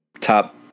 top